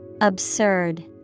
Absurd